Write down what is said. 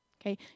Okay